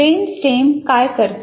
brain stem काय करते